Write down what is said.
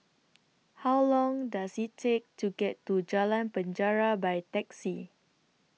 How Long Does IT Take to get to Jalan Penjara By Taxi